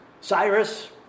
Cyrus